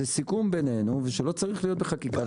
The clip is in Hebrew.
זה סיכום בינינו ושלא צריך להיות בחקיקה.